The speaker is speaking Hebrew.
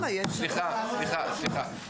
סליחה, סליחה, סליחה.